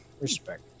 Respect